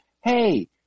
hey